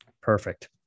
Perfect